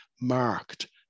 marked